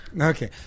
Okay